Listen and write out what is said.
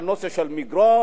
על הנושא של מגרון,